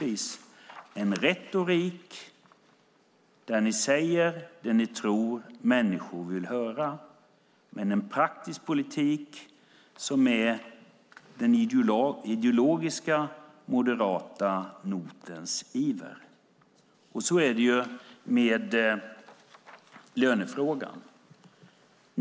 Det är en retorik där ni säger det ni tror att människor vill höra men en praktisk politik som är den ideologiska moderata notens iver. Så är det ju med lönefrågan.